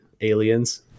aliens